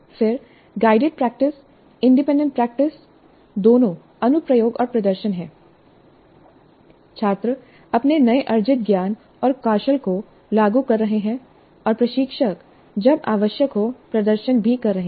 फिर guided practice independent practice दोनों अनुप्रयोग और प्रदर्शन हैं छात्र अपने नए अर्जित ज्ञान और कौशल को लागू कर रहे हैं और प्रशिक्षक जब आवश्यक हो प्रदर्शन भी कर रहे हैं